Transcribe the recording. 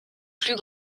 plus